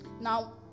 Now